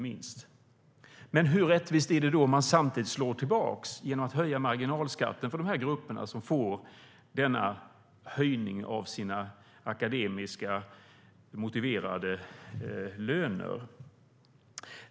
Men hur rättvist är det om man samtidigt slår tillbaka genom att höja marginalskatten för de grupper som får denna höjning av sina akademiskt motiverade löner?